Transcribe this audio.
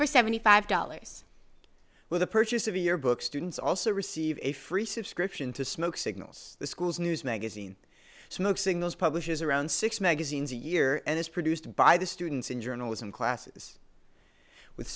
for seventy five dollars with the purchase of your book students also receive a free subscription to smoke signals schools news magazine smoke signals publishes around six magazines a year and is produced by the students in journalism classes with